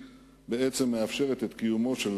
שבעצם מאפשרת את קיומו של